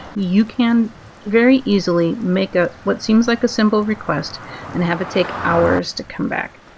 you can very easily make a what seems like a simple request and have it take hours to come back.